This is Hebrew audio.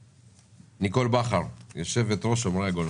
ניקול בכר, יושבת-ראש שומרי הגולן.